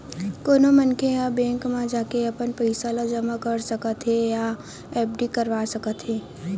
कोनो मनखे ह बेंक म जाके अपन पइसा ल जमा कर सकत हे या एफडी करवा सकत हे